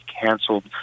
canceled